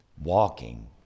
walking